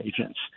agents